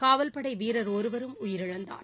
காவல்படை வீரர் ஒருவரும் உயிரிழந்தார்